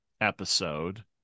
episode